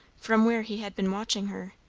from where he had been watching her,